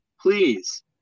please